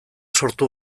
sortu